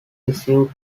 received